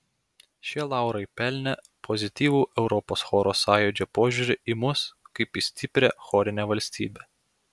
šie laurai pelnė pozityvų europos choro sąjūdžio požiūrį į mus kaip į stiprią chorinę valstybę